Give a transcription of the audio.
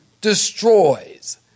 destroys